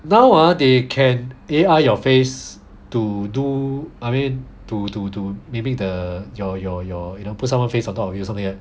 now ah they can A_I your face to do I mean to to to maybe the your your your you know put someone face on top of you something like